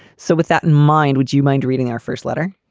so with that in mind, would you mind reading our first letter?